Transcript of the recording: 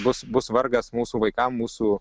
bus bus vargas mūsų vaikam mūsų